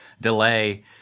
delay